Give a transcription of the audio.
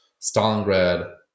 Stalingrad